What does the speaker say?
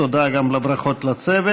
תודה גם על הברכות לצוות.